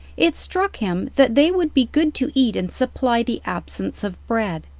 it struck him that they would be good to eat and supply the absence of bread,